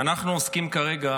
אנחנו עוסקים כרגע